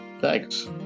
Thanks